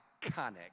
iconic